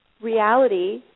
reality